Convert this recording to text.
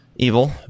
evil